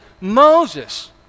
Moses